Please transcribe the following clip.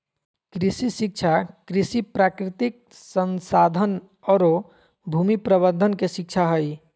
कृषि शिक्षा कृषि, प्राकृतिक संसाधन औरो भूमि प्रबंधन के शिक्षा हइ